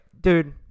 dude